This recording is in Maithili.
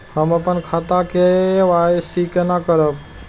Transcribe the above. हम अपन खाता के के.वाई.सी केना करब?